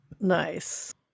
Nice